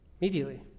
Immediately